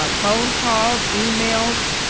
ah phone calls, emails,